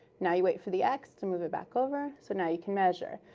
now you wait for the x to move it back over, so now you can measure.